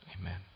Amen